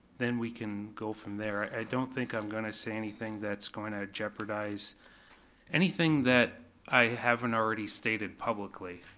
then we can go from there. i don't think i'm gonna say anything that's gonna jeopardize anything that i haven't already stated publicly.